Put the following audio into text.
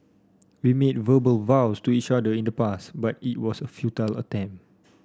we made verbal vows to each other in the past but it was a futile attempt